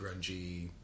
grungy